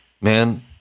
man